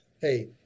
hey